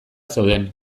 zeuden